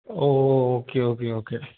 oh okay okay okay